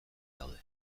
daude